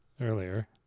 earlier